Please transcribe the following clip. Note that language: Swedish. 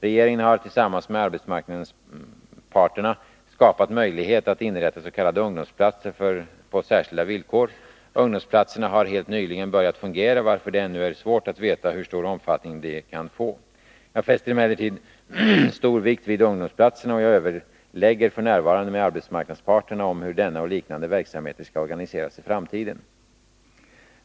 Regeringen har tillsammans med arbetsmarknadsparterna skapat möjlighet att inrätta s.k. ungdomsplatser på särskilda villkor. Ungdomsplatserna har helt nyligen börjat fungera, varför det ännu är svårt att veta hur stor omfattning de kan få. Jag fäster emellertid stor vikt vid ungdomsplatserna, och jag överlägger f. n. med arbetsmarknadsparterna om hur denna och liknande verksamheter skall organiseras i framtiden.